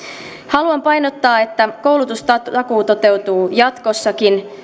haluan painottaa että koulutustakuu toteutuu jatkossakin